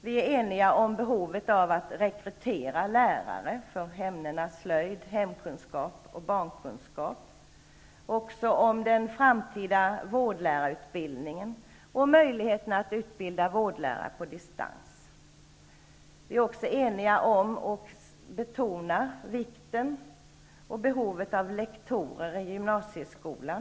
Vi är eniga om behovet av att rekrytera lärare i ämnena slöjd, hemkunskap och barnkunskap. Vi är eniga om den framtida vårdlärarutbildningen och möjligheten att utbilda vårdlärare på distans. Vi är eniga om och vill betona vikten och behovet av lektorer i gymnasieskolan.